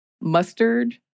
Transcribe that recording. Mustard